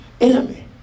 enemy